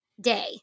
day